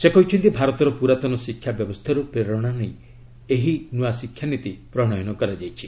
ସେ କହିଛନ୍ତି ଭାରତର ପୁରାତନ ଶିକ୍ଷା ବ୍ୟବସ୍ଥାରୁ ପ୍ରେରଣା ନେଇ ଏହି ନୂଆ ଶିକ୍ଷାନୀତି ପ୍ରଣୟନ କରାଯାଇଛି